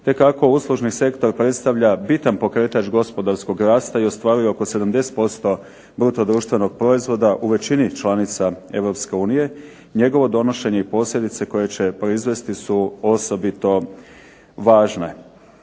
te kako uslužni sektor predstavlja bitan pokretač gospodarskog rasta i ostvaruje oko 70% bruto društvenog proizvoda u većini članica Europske unije njegovo donošenje i posljedice koje će proizvesti su osobito važne.